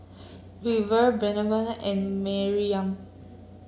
River Breonna and Maryam